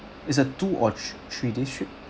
it's a two or three three days trip